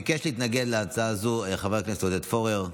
ביקש להתנגד להצעה הזאת חבר הכנסת עודד פורר,